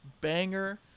banger